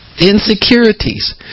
insecurities